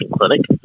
clinic